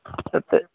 ਅੱਛਾ